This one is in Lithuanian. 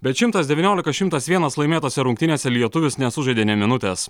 bet šimtas devyniolika šimtas vienas laimėtose rungtynėse lietuvis nesužaidė nė minutės